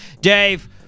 Dave